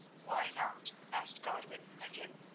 why not? asked godwin again,